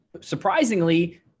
surprisingly